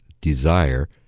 desire